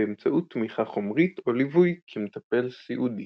באמצעות תמיכה חומרית או ליווי כמטפל סיעודי.